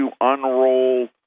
unroll